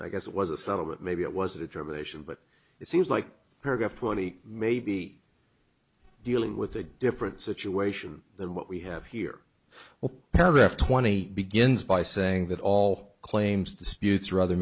i guess it was a subtle bit maybe it was a determination but it seems like paragraph twenty may be dealing with a different situation than what we have here well paragraph twenty begins by saying that all claims disputes or other